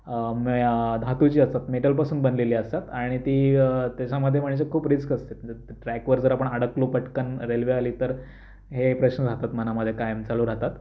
म्हणजे धातूची असतात मेटलपासून बनलेली असतात आणि ती त्याच्यामध्ये म्हणजे खूप रिस्क असते ट्रॅकवर जर आपण अडकलो पटकन रेल्वे आली तर हे प्रश्न राहतात मनामध्ये कायम चालू राहतात